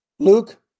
Luke